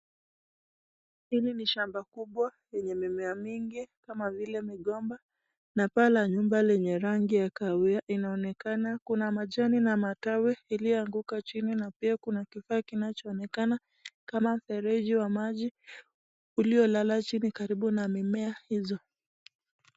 Hili ni shamba kubwa lenye mimea mingi kama vile migomba na paa nyumba lenye rangi ya kahawia inaonekana. Kuna majani na matawi iliyoanguka chini na pia kuna kifaa kinachoonekana kama mfereji wa maji uliolala chini karibu na mimea hizo.